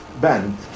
bend